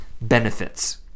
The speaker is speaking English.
benefits